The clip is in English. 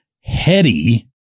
heady